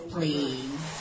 Please